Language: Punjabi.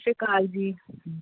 ਸਤਿ ਸ੍ਰੀ ਅਕਾਲ ਜੀ